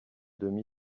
demi